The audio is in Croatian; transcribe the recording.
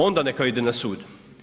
Onda neka ide na sud.